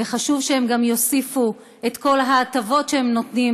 וחשוב שהם גם יוסיפו את כל ההטבות שהם נותנים